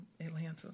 Atlanta